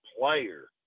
player